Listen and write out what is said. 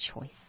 choice